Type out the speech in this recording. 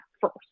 first